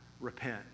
repent